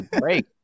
Great